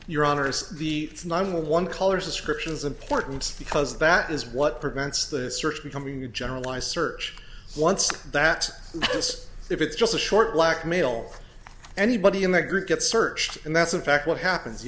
your honor's the number one callers ascriptions important because that is what prevents the search becoming a generalized search once that this if it's just a short black male anybody in the group gets searched and that's in fact what happens you